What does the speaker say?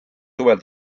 suvel